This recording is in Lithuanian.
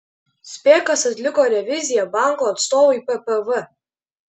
spėk kas atliko reviziją banko atstovui ppv